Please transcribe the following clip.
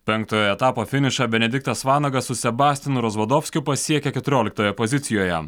penktojo etapo finišą benediktas vanagas su sebastijanu rozvodovskiu pasiekė keturioliktoje pozicijoje